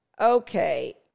Okay